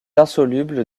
insoluble